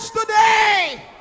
today